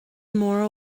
more